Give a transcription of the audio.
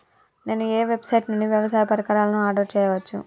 నేను ఏ వెబ్సైట్ నుండి వ్యవసాయ పరికరాలను ఆర్డర్ చేయవచ్చు?